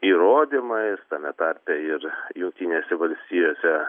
įrodymais tame tarpe ir jungtinėse valstijose